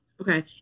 Okay